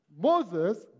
Moses